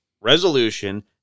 resolution